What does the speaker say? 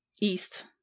east